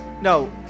No